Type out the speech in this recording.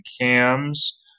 cams